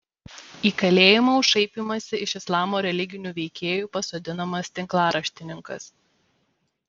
į kalėjimą už šaipymąsi iš islamo religinių veikėjų pasodinamas tinklaraštininkas